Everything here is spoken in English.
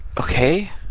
okay